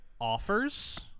offers